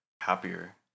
happier